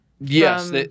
Yes